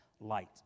light